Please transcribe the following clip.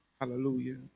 Hallelujah